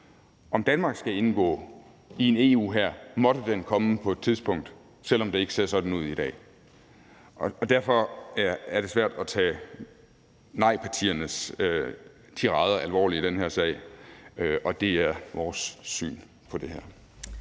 om Danmark skal indgå i en EU-hær, måtte den komme på et tidspunkt, selv om det ikke ser sådan ud i dag. Derfor er det svært at tage nejpartiernes tirader alvorligt i den her sag. Og det er vores syn på det her.